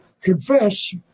confess